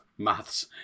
Maths